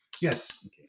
Yes